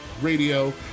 Radio